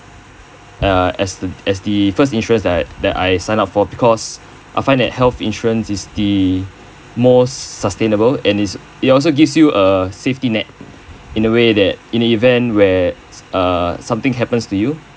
uh as as the first insurance that I that I signed up for because I find that health insurance is the most sustainable and is it also gives you a safety net in a way that in the event where err something happens to you